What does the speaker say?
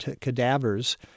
cadavers